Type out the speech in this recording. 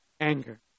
anger